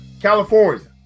California